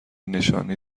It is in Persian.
نشانی